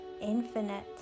infinite